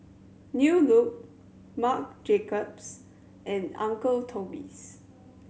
New Look Marc Jacobs and Uncle Toby's